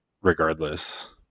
regardless